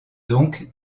donc